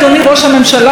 אדוני ראש הממשלה,